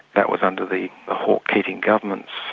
that was under the ah hawke-keating governments,